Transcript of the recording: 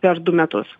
per du metus